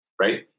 right